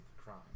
Crime